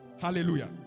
Hallelujah